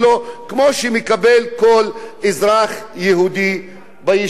לעומת מה שמקבל כל אזרח יהודי ביישוב שלו?